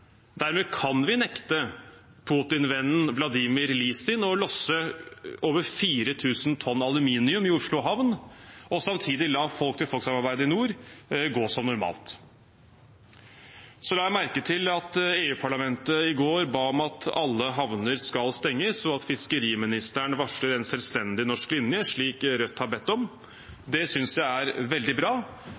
Dermed kan vi nekte Putin-vennen Vladimir Lisin å losse over 4 000 tonn aluminium i Oslo havn, og samtidig la folk-til-folk-samarbeidet i nord gå som normalt. Så la jeg merke til at EU-parlamentet i går ba om at alle havner skal stenges, og at fiskeriministeren varsler en selvstendig norsk linje, slik Rødt har bedt om. Det synes jeg er veldig bra.